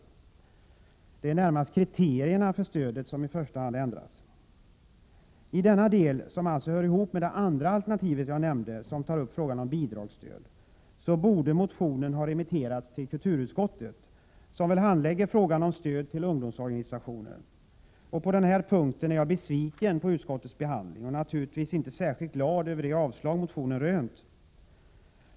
Det är närmast kriterierna för stödet som i första hand ändras. I denna del, som alltså hör ihop med det andra alternativet jag nämnde om bidragsstöd, borde motionen ha remitterats till kulturutskottet, som väl handlägger frågan om stödet till ungdomsorganisationer. På den här punkten är jag besviken på utskottets behandling och naturligtvis inte glad över yrkandet om avslag på motionen.